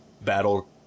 battle